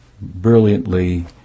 brilliantly